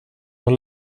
och